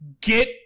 Get